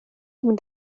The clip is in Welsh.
mynd